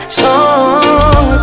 song